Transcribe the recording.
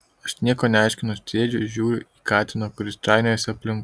aš nieko neaiškinu sėdžiu ir žiūriu į katiną kuris trainiojasi aplinkui